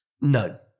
No